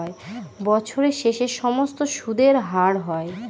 বছরের শেষে সমস্ত সুদের হার হয়